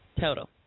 total